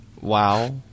wow